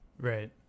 right